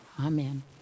Amen